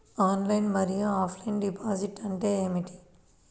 Online మరియు offline deposit అంటే ఏమిటి?